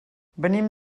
venim